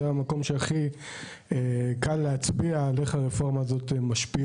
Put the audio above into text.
זה המקום שקל ביותר להצביע בו על האופן בו הרפורמה משפיעה.